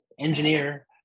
engineer